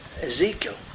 Ezekiel